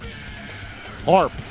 Harp